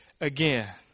again